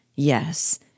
Yes